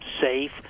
safe